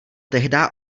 tehdá